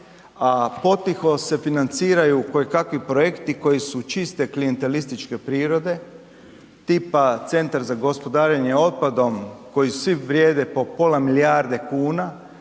a potiho se financiraju kojekakvi projekti koji su čiste klijentelističke prirode, tipa Centar za gospodarenje otpadom, koji svi vrijede po pola milijarde kuna,